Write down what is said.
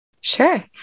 Sure